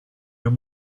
your